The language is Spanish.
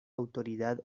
autoridad